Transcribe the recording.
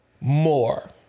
more